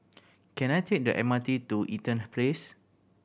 can I take the M R T to Eaton Place